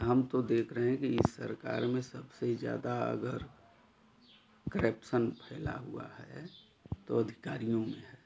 हम तो देख रहे हैं इस सरकार में सबसे ज़्यादा अगर करेप्सन फैला हुआ है तो अधिकारियों में है